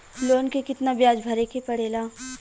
Loan के कितना ब्याज भरे के पड़े ला?